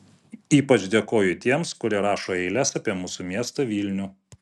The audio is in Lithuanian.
ypač dėkoju tiems kurie rašo eiles apie mūsų miestą vilnių